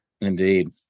Indeed